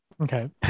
Okay